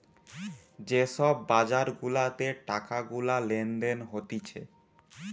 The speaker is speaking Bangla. যে সব বাজার গুলাতে টাকা গুলা লেনদেন হতিছে